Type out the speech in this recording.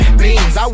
beans